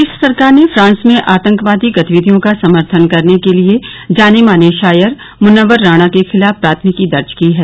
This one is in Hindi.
प्रदेश सरकार ने फ्रांस में आतंकवादी गतिविधियों का समर्थन करने के लिए जाने माने शायर मनव्वर राणा के खिलाफ प्राथमिकी दर्ज की है